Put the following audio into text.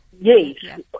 Yes